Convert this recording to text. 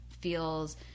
feels